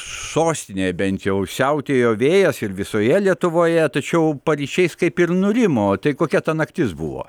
sostinėj bent jau siautėjo vėjas ir visoje lietuvoje tačiau paryčiais kaip ir nurimo tai kokia ta naktis buvo